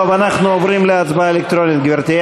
טוב, אנחנו עוברים להצבעה אלקטרונית, גברתי.